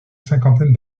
cinquantaine